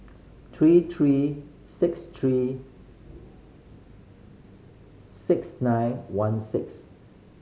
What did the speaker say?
three three six three six nine one six